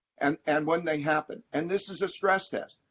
and and when they happen and this is a stress test.